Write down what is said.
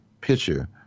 picture